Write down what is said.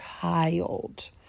child